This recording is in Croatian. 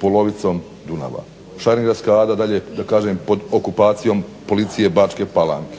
polovicom Dunava. Šarengradska Ada dalje da kažem pod okupacijom policije Bačke Palanke,